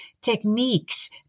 techniques